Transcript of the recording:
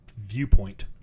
viewpoint